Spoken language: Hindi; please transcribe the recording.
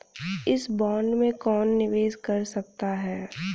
इस बॉन्ड में कौन निवेश कर सकता है?